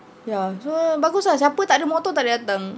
ya so bagus ah siapa takde motor tak boleh datang